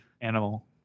animal